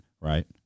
right